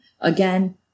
again